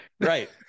right